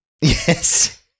Yes